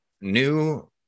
new